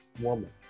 woman